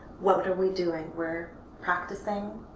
what are we doing? we're practicing.